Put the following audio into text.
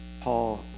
Paul